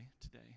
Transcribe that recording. today